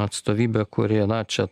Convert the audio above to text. atstovybę kuri na čia